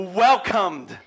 welcomed